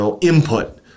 input